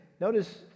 notice